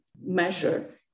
measure